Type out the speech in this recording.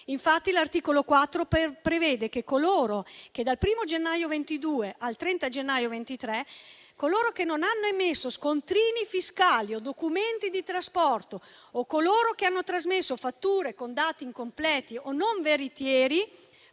Infatti, l'articolo 4 prevede che coloro che, dal 1° gennaio 2022 al 30 gennaio 2023, non hanno emesso scontrini fiscali o documenti di trasporto o coloro che hanno trasmesso fatture con dati incompleti o non veritieri